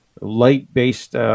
light-based